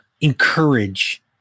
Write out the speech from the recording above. encourage